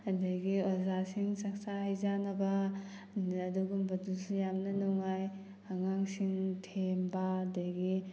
ꯑꯗꯒꯤ ꯑꯣꯖꯥꯁꯤꯡ ꯆꯛꯆꯥ ꯍꯩꯖꯥꯟꯅꯕ ꯑꯗꯨꯒꯨꯝꯕꯗꯨꯁꯨ ꯌꯥꯝꯅ ꯅꯨꯡꯉꯥꯏ ꯑꯉꯥꯡꯁꯤꯡ ꯊꯦꯝꯕ ꯑꯗꯒꯤ